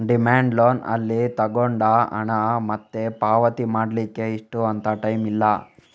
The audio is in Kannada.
ಡಿಮ್ಯಾಂಡ್ ಲೋನ್ ಅಲ್ಲಿ ತಗೊಂಡ ಹಣ ಮತ್ತೆ ಪಾವತಿ ಮಾಡ್ಲಿಕ್ಕೆ ಇಷ್ಟು ಅಂತ ಟೈಮ್ ಇಲ್ಲ